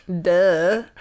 Duh